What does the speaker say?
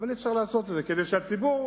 כדי הציבור